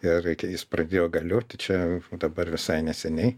ir reikia jis pradėjo galioti čia dabar visai neseniai